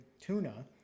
tuna